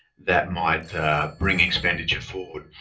that might bring expenditure forward.